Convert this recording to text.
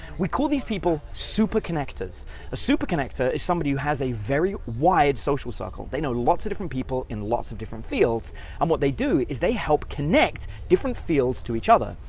we call these people super connectors. a super connector is somebody who has a very wide social circle. they know lots of different people in lots of different fields and what they do, is they help connect different fields to each other.